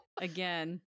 again